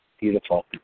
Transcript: Beautiful